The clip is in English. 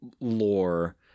lore